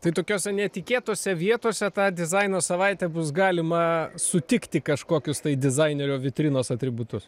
tai tokiose netikėtose vietose tą dizaino savaitę bus galima sutikti kažkokius tai dizainerio vitrinos atributus